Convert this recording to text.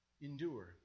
endure